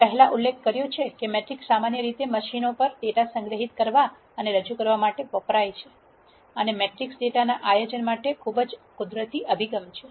મેં પહેલાં ઉલ્લેખ કર્યો છે કે મેટ્રિક્સ સામાન્ય રીતે મશીનો પર ડેટા સંગ્રહિત કરવા અને રજૂ કરવા માટે વપરાય છે અને મેટ્રિક્સ ડેટાના આયોજન માટે ખૂબ જ કુદરતી અભિગમ છે